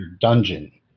dungeon